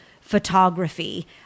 photography